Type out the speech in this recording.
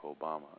Obama